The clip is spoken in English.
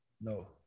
No